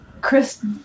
Chris